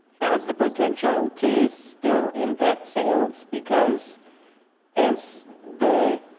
has the potential to still impact sales, because as the